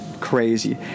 crazy